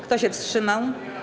Kto się wstrzymał?